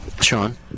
Sean